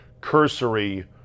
cursory